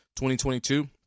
2022